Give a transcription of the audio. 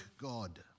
God